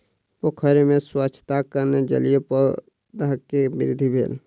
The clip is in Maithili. पोखैर में स्वच्छताक कारणेँ जलीय पौधा के वृद्धि भेल